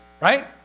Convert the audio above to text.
right